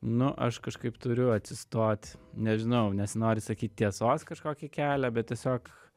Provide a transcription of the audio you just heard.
nu aš kažkaip turiu atsistot nežinau nesinori sakyti tiesos kažkokį kelią bet tiesiog